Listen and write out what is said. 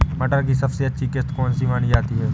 मटर की सबसे अच्छी किश्त कौन सी मानी जाती है?